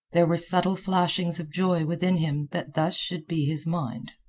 there were subtle flashings of joy within him that thus should be his mind.